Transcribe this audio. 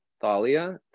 thalia